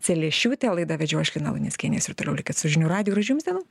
celiešiūtę o laidą vedžiau aš lina luneckienė jūs ir trumpi kad su žinių radiju